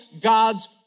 God's